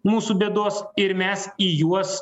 mūsų bėdos ir mes į juos